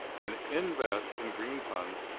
and invest in green funds,